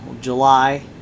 July